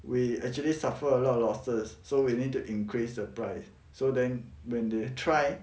we actually suffered a lot of losses so we need to increase the price so then when they try